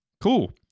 Cool